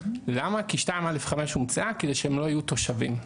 ש-2 א'/5 הומצאה כדי שהם לא יהיו תושבים.